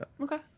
Okay